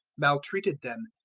maltreated them,